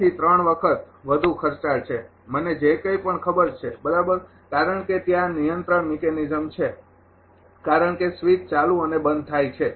૫ થી ૩ વખત વધુ ખર્ચાળ છે મને જે કંઈપણ ખબર છે બરાબર અને કારણ કે ત્યાં નિયંત્રણ મિકેનિઝમ છે કારણ કે સ્વીચ ચાલુ અને બંધ થાય છે